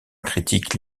critique